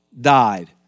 died